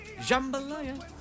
jambalaya